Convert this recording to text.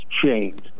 changed